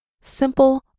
simple